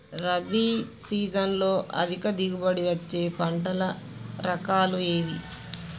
రబీ సీజన్లో అధిక దిగుబడి వచ్చే పంటల రకాలు ఏవి?